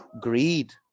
greed